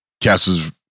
castles